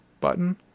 button